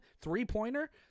three-pointer